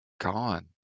gone